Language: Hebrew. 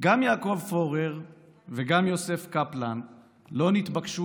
גם יעקב פורר וגם יוסף קפלן לא נתבקשו